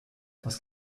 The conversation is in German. etwas